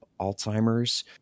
Alzheimer's